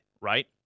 right